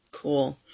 Cool